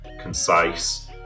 concise